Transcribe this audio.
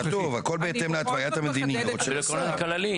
כתוב: הכול בהתאם להתוויית המדיניות של השר.